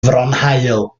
fronhaul